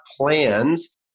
plans